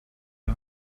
and